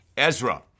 Ezra